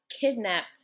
kidnapped